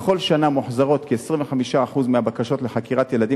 בכל שנה מוחזרים כ-25% מהבקשות לחקירת ילדים